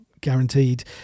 guaranteed